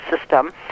system